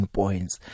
points